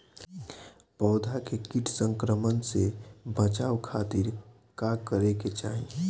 पौधा के कीट संक्रमण से बचावे खातिर का करे के चाहीं?